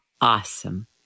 Awesome